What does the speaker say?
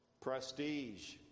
prestige